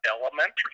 elementary